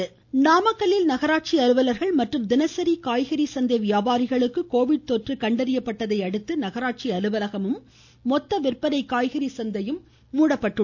Covid மாவட்டம் நாமக்கல்லில் நகராட்சி அலுவலர்கள் மற்றும் தினசரி காய்கறி சந்தை வியாபாரிகளுக்கு கோவிட் தொற்று கண்டறியப்பட்டதையடுத்து நகராட்சி அலுவலகமும் மொத்த விற்பனை காய்கறி சந்தையும் மூடப்பட்டுள்ளது